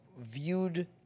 viewed